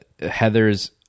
Heather's